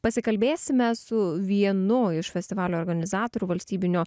pasikalbėsime su vienu iš festivalio organizatorių valstybinio